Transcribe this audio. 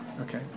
Okay